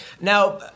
Now